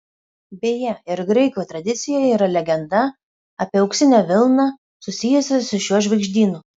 beje ir graikų tradicijoje yra legenda apie auksinę vilną susijusią su šiuo žvaigždynu